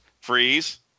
Freeze